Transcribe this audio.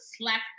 slap